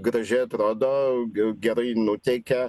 gražiai atrodo gerai nuteikia